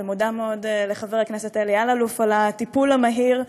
ומודה מאוד לחבר הכנסת אלי אלאלוף על הטיפול המהיר.